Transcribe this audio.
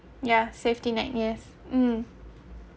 ya safety net yes um